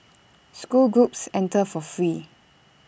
school groups enter for free